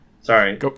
sorry